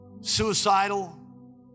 suicidal